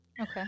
Okay